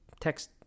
text